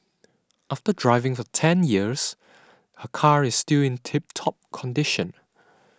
after driving for ten years her car is still in tip top condition